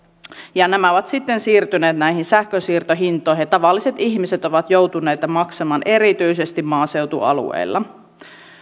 ja nämä ovat sitten siirtyneet sähkönsiirtohintoihin ja tavalliset ihmiset ovat joutuneet näitä maksamaan erityisesti maaseutualueilla